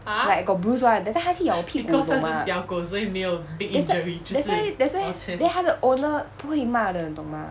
like got bruise [one] that time 它去咬我屁股你懂吗 that's wh~ that's why that's why then 它的 owner 不会骂的你懂吗